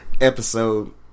Episode